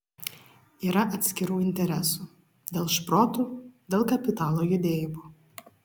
yra atskirų interesų dėl šprotų dėl kapitalo judėjimo